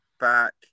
back